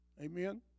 Amen